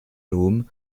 rom